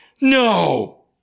No